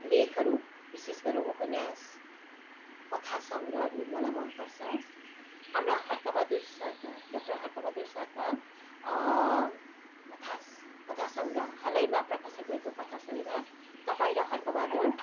लेखहरू विशेष गरेर उपन्यास कथा सङ्ग्रहहरू मलाई मन पर्छ हाम्रा हर्क बहादुर सरका डक्टर हर्क बहादुर सरका कथास् कथा सङ्ग्रह हालैमा प्रकासित भएको कथा सङ्ग्रह तपाईँ र हर्क बहादुर